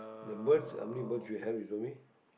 the birds how many birds you have you show me